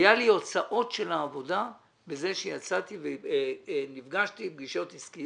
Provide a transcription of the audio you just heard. אבל היו לו הוצאות של העבודה בזה שהוא יצא ונפגש פגישות עסקיות,